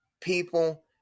people